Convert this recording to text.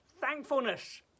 Thankfulness